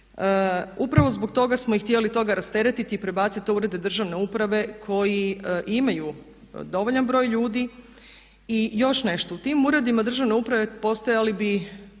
upravo zbog toga smo i htjeli toga rasteretiti i prebaciti to na urede državne uprave koji imaju dovoljan broj ljudi i još nešto. U tim uredima državne uprave postojali bi